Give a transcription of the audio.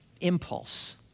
impulse